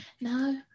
no